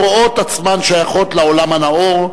הרואות עצמן שייכות לעולם הנאור,